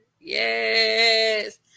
Yes